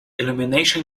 illumination